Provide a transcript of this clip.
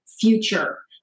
future